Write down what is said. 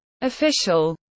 official